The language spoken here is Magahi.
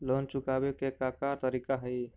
लोन चुकावे के का का तरीका हई?